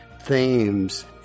themes